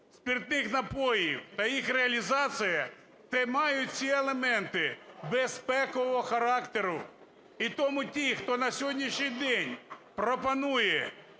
спиртних напоїв та їх реалізація тримають ці елементи безпекового характеру. І тому ті, хто на сьогоднішній день пропонує